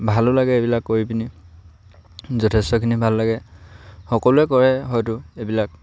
ভালো লাগে এইবিলাক কৰি পিনি যথেষ্টখিনি ভাল লাগে সকলোৱে কৰে হয়তো এইবিলাক